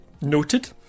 noted